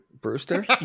Brewster